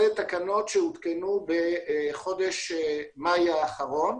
אלה תקנות שהותקנו בחודש מאי האחרון.